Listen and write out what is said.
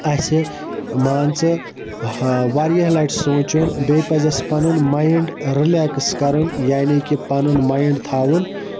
اَسہِ مان ژٕ واریاہ لَٹہِ سونٛچُن بیٚیہِ پَزِ اَسہِ پَنُن ماینٛڈ رِلیٚکٕس کَرُن یعنے کہِ پَنُن مایِنٛڈ تھاوُن